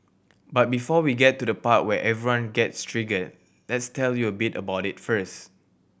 but before we get to the part where everyone gets triggered let's tell you a bit about it first